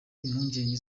impungenge